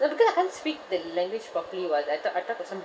no because I can't speak the language properly [what] I talk I talk to some